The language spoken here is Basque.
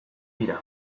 dira